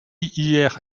hier